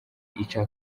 ica